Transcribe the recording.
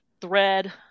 thread